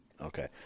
Okay